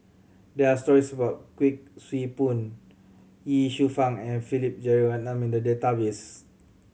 there are stories about Kuik Swee Boon Ye Shufang and Philip Jeyaretnam in the database